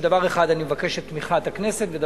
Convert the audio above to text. דבר אחד אני מבקש את תמיכת הכנסת בו,